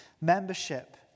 Membership